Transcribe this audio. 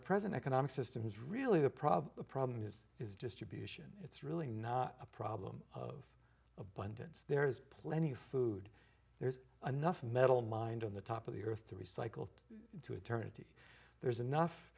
present economic system is really the problem the problem is is distribution it's really not a problem of abundance there's plenty of food there's anough metal mind on the top of the earth to recycle to eternity there's enough